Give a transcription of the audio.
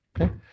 Okay